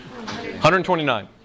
129